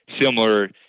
similar